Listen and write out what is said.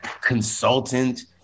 consultant